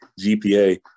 GPA